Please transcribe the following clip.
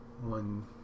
One